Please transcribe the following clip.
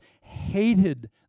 hated